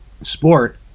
sport